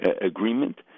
agreement